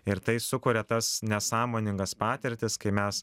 ir tai sukuria tas nesąmoningas patirtis kai mes